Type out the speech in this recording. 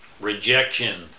Rejection